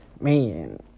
man